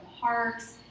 parks